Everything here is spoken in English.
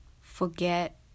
forget